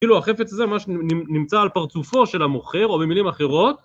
כאילו החפץ הזה ממש נמצא על פרצופו של המוכר או במילים אחרות